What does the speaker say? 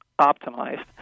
optimized